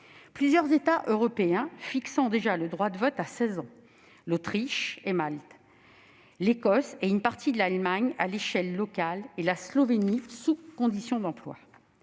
Plusieurs États européens fixent déjà le droit de vote à 16 ans : l'Autriche et Malte à l'échelle nationale, l'Écosse et une partie de l'Allemagne à l'échelle locale, la Slovénie sous condition d'emploi.